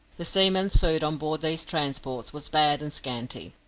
the seamen's food on board these transports was bad and scanty,